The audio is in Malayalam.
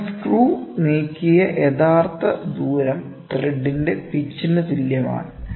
അതിനാൽ സ്ക്രൂ നീക്കിയ യഥാർത്ഥ ദൂരം ത്രെഡിന്റെ പിച്ചിന് തുല്യമാണ്